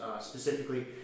specifically